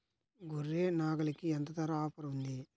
గొర్రె, నాగలికి ఎంత ధర ఆఫర్ ఉంది?